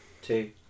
two